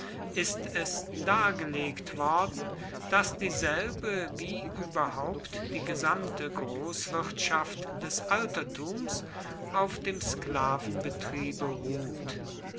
ist es dargelegt worden daß dieselbe wie überhaupt die gesamte großwirtschaft des altertums auf dem sklavenbetriebe ruht